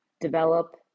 develop